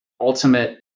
ultimate